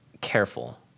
careful